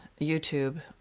YouTube